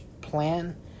plan